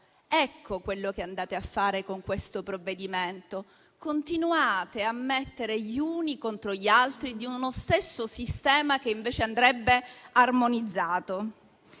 Ecco quello che andate a fare con questo provvedimento. Continuate a mettere gli uni contro gli altri di uno stesso sistema che invece andrebbe armonizzato.